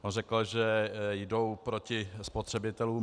On řekl, že jdou proti spotřebitelům.